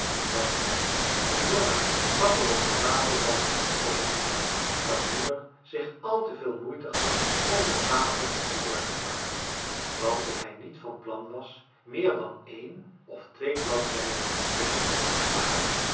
was gekocht de jongen zat er op den tafelrand over te denken dat moeder zich al te veel moeite gaf om de tafel in orde te maken want dat hij niet van plan was meer dan één of twee bladzijden te lezen maar